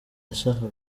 nashakaga